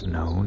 no